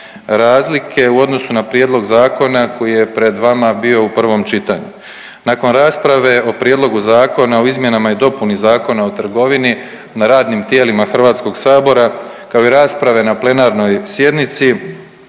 razlike u odnosu na prijedlog zakona koji je pred vama bio u prvom čitanju. Nakon rasprave o Prijedlogu Zakona o izmjenama i dopuni Zakona o trgovini na radnim tijelima Hrvatskog sabora kao i rasprave na plenarnoj sjednici,